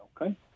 okay